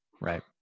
right